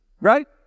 Right